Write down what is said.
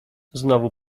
znowu